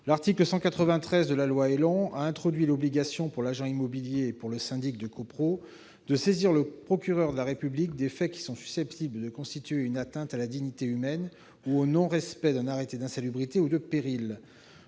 L'article 193 de la loi ÉLAN a introduit l'obligation pour l'agent immobilier et pour le syndic de copropriété de saisir le procureur de la République des faits susceptibles de constituer une atteinte à la dignité humaine ou un non-respect d'un arrêté d'insalubrité ou de péril.